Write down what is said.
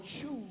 choose